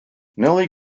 nellie